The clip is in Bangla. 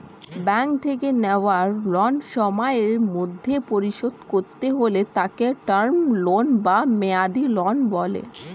ব্যাঙ্ক থেকে নেওয়া ঋণ সময়ের মধ্যে পরিশোধ করতে হলে তাকে টার্ম লোন বা মেয়াদী ঋণ বলে